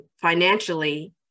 financially